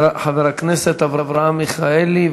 חבר הכנסת אברהם מיכאלי,